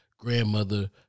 Grandmother